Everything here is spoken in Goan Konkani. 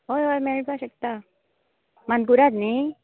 हय हय मेळपा शकता मानकुराद न्ही